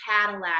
Cadillac